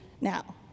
Now